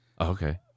Okay